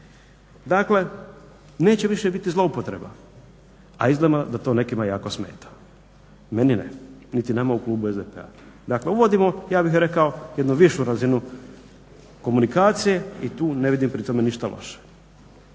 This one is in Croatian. Dakle, neće biti više zloupotreba a izgleda da to nekima smeta. Meni ne niti nama u klubu SDP-a. dakle uvodimo ja bih rekao jednu višu razinu komunikacije i tu ne vidim pri tome ništa loše,